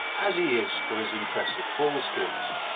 as he is for his impressive full skills.